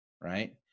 right